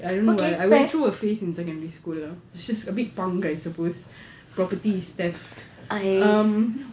I don't know why I went through a phase in secondary school ah it's a bit punk I supposed property is theft um